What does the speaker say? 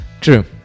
True